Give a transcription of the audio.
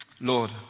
Lord